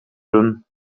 doen